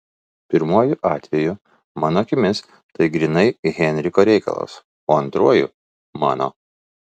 pirmuoju atveju mano akimis tai grynai henriko reikalas o antruoju mano